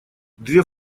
две